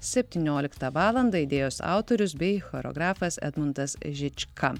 septynioliktą valandą idėjos autorius bei choreografas edmundas žička